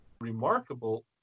remarkable